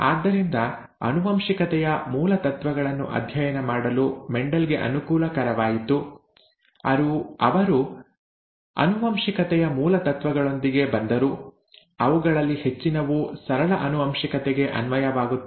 ಆದ್ದರಿಂದ ಆನುವಂಶಿಕತೆಯ ಮೂಲ ತತ್ವಗಳನ್ನು ಅಧ್ಯಯನ ಮಾಡಲು ಮೆಂಡೆಲ್ ಗೆ ಅನುಕೂಲಕರವಾಯಿತು ಅವರು ಆನುವಂಶಿಕತೆಯ ಮೂಲ ತತ್ವಗಳೊಂದಿಗೆ ಬಂದರು ಅವುಗಳಲ್ಲಿ ಹೆಚ್ಚಿನವು ಸರಳ ಆನುವಂಶಿಕತೆಗೆ ಅನ್ವಯವಾಗುತ್ತವೆ